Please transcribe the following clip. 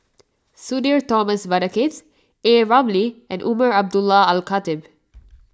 Sudhir Thomas Vadaketh A Ramli and Umar Abdullah Al Khatib